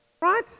Right